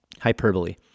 hyperbole